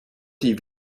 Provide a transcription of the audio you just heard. die